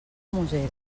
museros